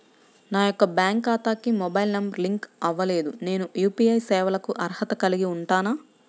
నా యొక్క బ్యాంక్ ఖాతాకి మొబైల్ నంబర్ లింక్ అవ్వలేదు నేను యూ.పీ.ఐ సేవలకు అర్హత కలిగి ఉంటానా?